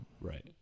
Right